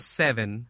seven